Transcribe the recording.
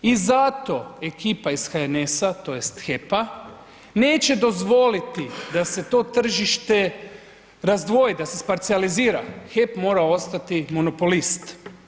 I zato ekipa iz HNS-a tj. HEP-a neće dozvoliti da se to tržište razdvoji, da se isparcelizira, HEP mora ostati monopolist.